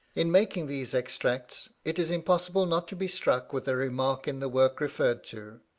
in making these extracts, it is impossible not to be struck with a remark in the work referred to,